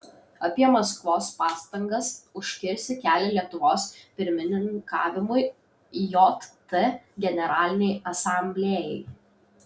apie maskvos pastangas užkirsti kelią lietuvos pirmininkavimui jt generalinei asamblėjai